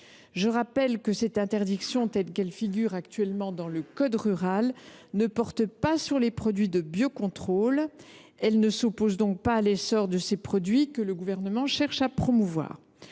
Je rappelle que cette interdiction, telle qu’elle figure actuellement dans le code rural et de la pêche maritime, ne porte pas sur les produits de biocontrôle. Elle ne s’oppose donc pas à l’essor de ces produits que le Gouvernement cherche à promouvoir.